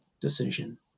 decision